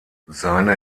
seine